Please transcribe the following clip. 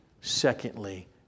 secondly